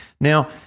Now